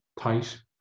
tight